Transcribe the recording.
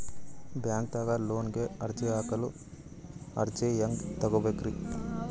ಬ್ಯಾಂಕ್ದಾಗ ಲೋನ್ ಗೆ ಅರ್ಜಿ ಹಾಕಲು ಅರ್ಜಿ ಹೆಂಗ್ ತಗೊಬೇಕ್ರಿ?